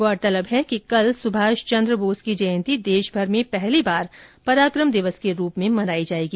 गौरतलब है कि कल सुभाष चन्द्र बोस की जयंती देशभर में पहली बार पराकम दिवस के रूप में मनाई जाएगी